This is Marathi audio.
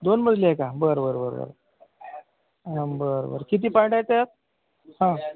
दोन मजली आहे का बरं बरं बरं बरं बरं बरं किती पार्ट आहे त्यात हा